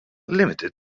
limited